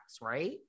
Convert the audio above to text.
Right